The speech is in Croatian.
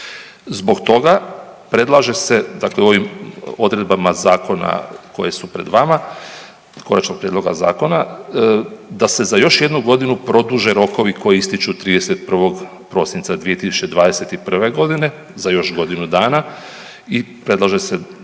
Zbog toga predlaže se, dakle ovim odredbama Zakona koje su pred vama, konačnog prijedloga zakona, da se za još jednu godinu produže rokovi koji ističu 31. prosinca 2021. g. za još godinu dana i predlaže se,